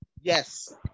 Yes